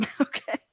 Okay